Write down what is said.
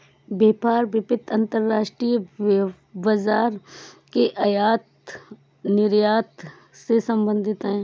व्यापार वित्त अंतर्राष्ट्रीय बाजार के आयात निर्यात से संबधित है